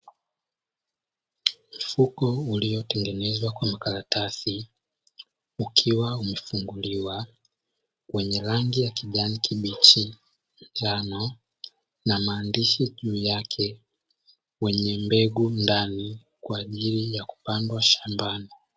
Mfuko uliotengenezwa kwa karatasi ukiwa umefunguliwa wenye rangi ya kijani kibichi njano na maandishi juu yake kwenye mbegu ndani kwa ajili ya kupandwa shambani.